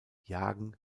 jagen